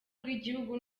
bw’igihugu